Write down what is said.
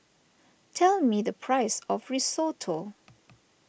tell me the price of Risotto